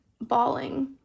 bawling